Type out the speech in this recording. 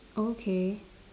okay